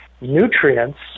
nutrients